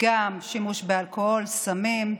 גם שימוש באלכוהול, סמים.